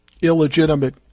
illegitimate